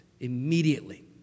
immediately